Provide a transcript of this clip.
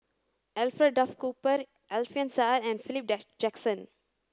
Alfred Duff Cooper Alfian Sa'at and Philip Jackson